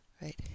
right